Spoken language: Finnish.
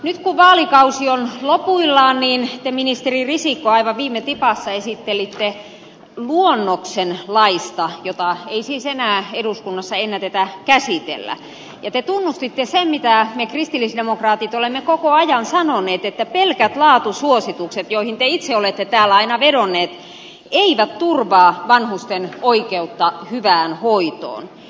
nyt kun vaalikausi on lopuillaan niin te ministeri risikko aivan viime tipassa esittelitte luonnoksen laista jota ei siis enää eduskunnassa ennätetä käsitellä ja te tunnustitte sen mitä me kristillisdemokraatit olemme koko ajan sanoneet että pelkät laatusuositukset joihin te itse olette täällä aina vedonnut eivät turvaa vanhusten oikeutta hyvään hoitoon